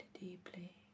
deeply